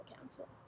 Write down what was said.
Council